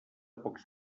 pocs